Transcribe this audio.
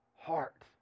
heart